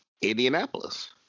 Indianapolis